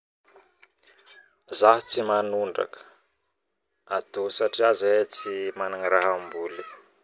Zaho tsy manondraka atô satria zahay tsy managna rah amboly